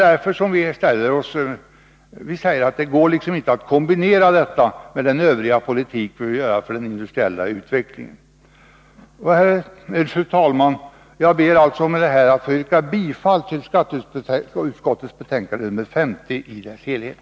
Därför säger vi att det inte går att kombinera detta med den övriga skattepolitiken, om man vill klara den industriella utvecklingen i landet. Fru talman! Jag ber att få yrka bifall till skatteutskottets hemställan i dess helhet.